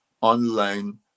online